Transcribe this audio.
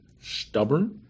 stubborn